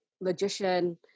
logician